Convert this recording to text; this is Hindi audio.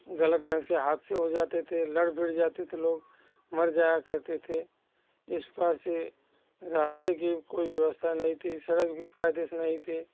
गलत ढंग से हादसे हो जाते थे लड़ भिड़ जाते थे लोग मर जाया करते थे इस पार से रास्ते की कोई व्यवस्था नहीं थी सड़क भी कायदे से नहीं थे